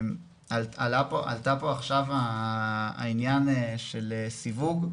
עלה פה עכשיו העניין של סיווג,